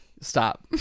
stop